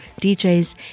DJs